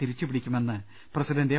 തിരിച്ചുപിടിക്കുമെന്ന് president A